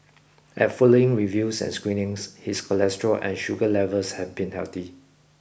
at following reviews and screenings his cholesterol and sugar levels have been healthy